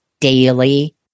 daily